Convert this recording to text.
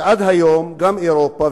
ועד היום גם אירופה,